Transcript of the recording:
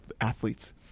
athletes